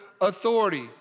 authority